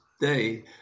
day